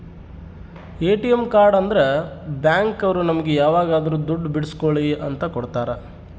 ATM card ಅಂದ್ರ bank ಅವ್ರು ನಮ್ಗೆ ಯಾವಾಗದ್ರು ದುಡ್ಡು ಬಿಡ್ಸ್ಕೊಳಿ ಅಂತ ಕೊಡ್ತಾರ